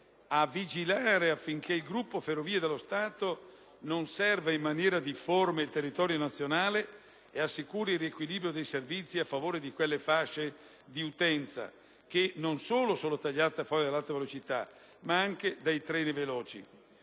a vigilare affinché il gruppo Ferrovie dello Stato non serva in maniera difforme il territorio nazionale e assicuri il riequilibrio dei servizi a favore di quelle fasce di utenza che, non solo sono tagliate fuori dall'Alta velocità, ma anche dai treni veloci.